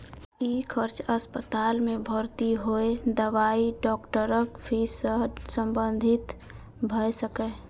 ई खर्च अस्पताल मे भर्ती होय, दवाई, डॉक्टरक फीस सं संबंधित भए सकैए